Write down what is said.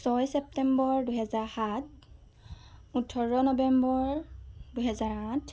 ছয় ছেপ্তেম্বৰ দুহেজাৰ সাত ওঠৰ নবেম্বৰ দুহেজাৰ আঠ